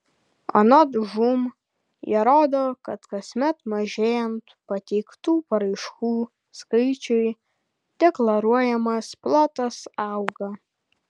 anot žūm jie rodo kad kasmet mažėjant pateiktų paraiškų skaičiui deklaruojamas plotas auga